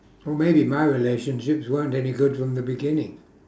or maybe my relationships weren't any good from the beginning